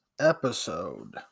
episode